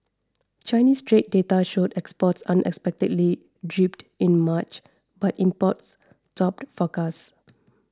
Chinese trade data showed exports unexpectedly dipped in March but imports topped forecasts